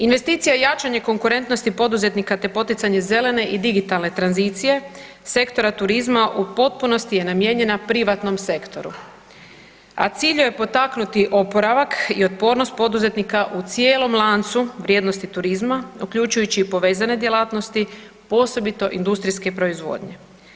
Investicija jačanje konkurentnosti poduzetnika, te poticanje zelene i digitalne tranzicije sektora turizma u potpunosti je namijenjena privatnom sektoru, a cilj joj je potaknuti oporavak i otpornost poduzetnika u cijelom lancu vrijednosti turizma uključujući i povezane djelatnosti posebito industrijske proizvodnje.